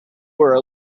were